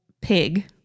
pig